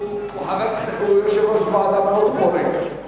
הוא יושב-ראש ועדה מאוד פורה.